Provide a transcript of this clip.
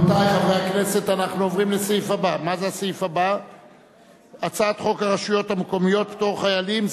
אני קובע שהצעת חוק הרשויות המקומיות (פטור חיילים,